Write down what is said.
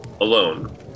alone